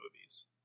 movies